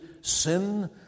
sin